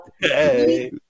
Hey